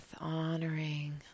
honoring